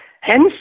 Hence